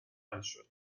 میشد